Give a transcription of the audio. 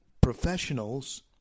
professionals